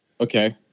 Okay